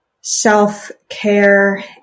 self-care